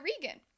Regan